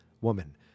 woman